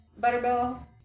Butterbell